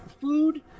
food